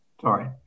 Sorry